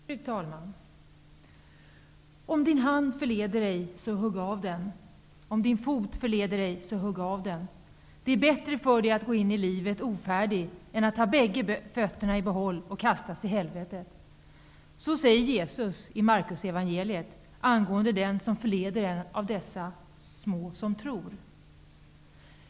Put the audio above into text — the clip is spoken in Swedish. Fru talman! ''Om din hand förleder dig, så hugg av den. Om din fot förleder dig, så hugg av den. Det är bättre för dig att gå in i livet ofärdig än att ha bägge fötterna i behåll och kastas i helvetet.'' Så säger Jesus i Markus evangelium angående ''den som förleder en av dessa små som tror''.